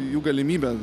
jų galimybė